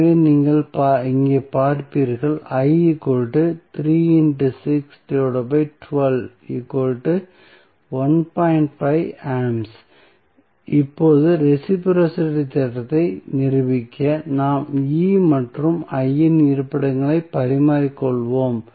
எனவே நீங்கள் இங்கே பார்ப்பீர்கள் இப்போது ரெஸிபிரோஸிட்டி தேற்றத்தை நிரூபிக்க நாம் E மற்றும் I இன் இருப்பிடங்களை பரிமாறிக்கொள்வோம்